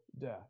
death